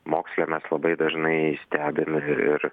moksle mes labai dažnai stebime ir